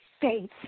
faith